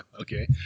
Okay